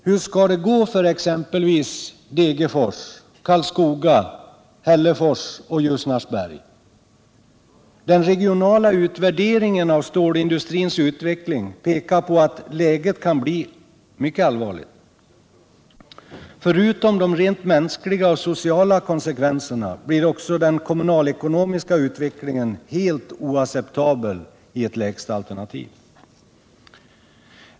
Hur skall det gå för exempelvis Degerfors, Karlskoga, Hällefors och Ljusnarsberg? Den regionala utvärderingen av stålindustrins utveckling pekar på att läget kan bli mycket allvarligt. Förutom de rent mänskliga och sociala konsekvenserna blir också den kommunalekonomiska utvecklingen helt oacceptabel i ett lägsta alternativ.